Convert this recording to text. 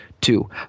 Two